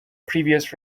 previous